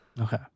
okay